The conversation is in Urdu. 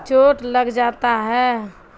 چوٹ لگ جاتا ہے